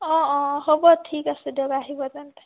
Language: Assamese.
অঁ অঁ হ'ব ঠিক আছে দিয়ক আহিব তেন্তে